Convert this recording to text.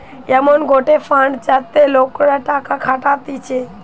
এমন গটে ফান্ড যাতে লোকরা টাকা খাটাতিছে